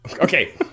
Okay